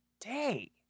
day